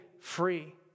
free